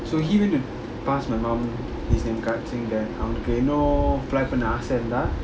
so he went to pass my mom his name card saying that அவங்களுக்குஎன்னவோஆசஇருந்தா:avangaluku ennavo aasa iruntha